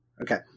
Okay